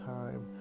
time